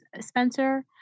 Spencer